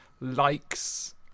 likes